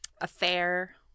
Affair